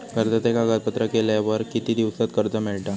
कर्जाचे कागदपत्र केल्यावर किती दिवसात कर्ज मिळता?